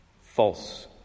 false